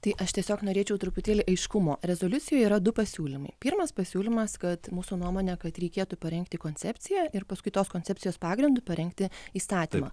tai aš tiesiog norėčiau truputėlį aiškumo rezoliucijoj yra du pasiūlymai pirmas pasiūlymas kad mūsų nuomone kad reikėtų parengti koncepciją ir paskui tos koncepcijos pagrindu parengti įstatymą